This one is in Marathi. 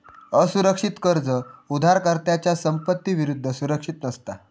असुरक्षित कर्ज उधारकर्त्याच्या संपत्ती विरुद्ध सुरक्षित नसता